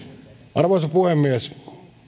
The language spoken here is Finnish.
arvoisa puhemies